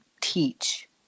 teach